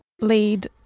lead